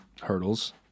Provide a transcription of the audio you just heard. hurdles